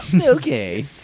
Okay